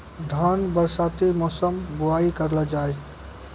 धान बरसाती मौसम बुवाई करलो जा?